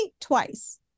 twice